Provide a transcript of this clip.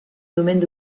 domaines